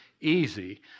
easy